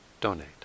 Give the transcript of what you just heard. donate